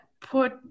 put